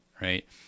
right